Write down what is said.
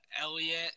Elliott